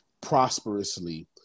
prosperously